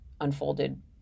unfolded